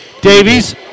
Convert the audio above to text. Davies